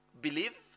believe